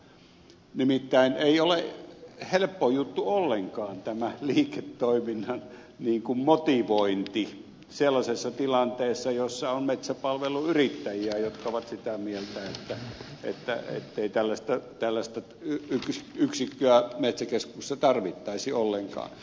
nimittäin ei ole helppo juttu ollenkaan tämä liiketoiminnan motivointi sellaisessa tilanteessa jossa on metsäpalveluyrittäjiä jotka ovat sitä mieltä ettei tällaista yksikköä metsäkeskuksessa tarvittaisi ollenkaan